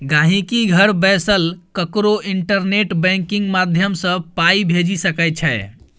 गांहिकी घर बैसल ककरो इंटरनेट बैंकिंग माध्यमसँ पाइ भेजि सकै छै